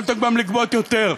כי יכולתם גם לגבות יותר.